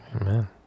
Amen